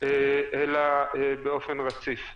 אלא באופן רציף.